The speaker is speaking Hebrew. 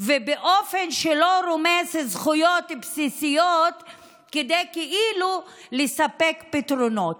ובאופן שלא רומס זכויות בסיסיות כדי כאילו לספק פתרונות.